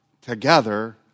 together